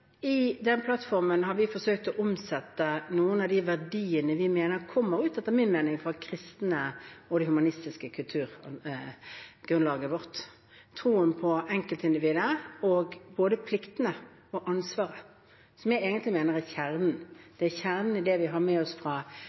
I plattformen har vi forsøkt å omsette noen av de verdiene vi mener kommer fra det kristne og humanistiske kulturgrunnlaget vårt, som troen på enkeltindividet og både pliktene og ansvaret, som jeg egentlig mener er kjernen. Det er kjernen i det vi har med oss fra